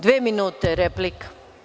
Dve minute, replika.